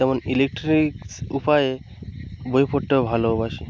তেমন ইলেকট্রনিক উপায়ে বই পড়তেও ভালোবাসি